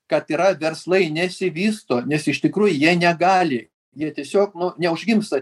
kad yra verslai nesivysto nes iš tikrųjų jie negali jie tiesiog nu neužgimsta